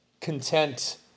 content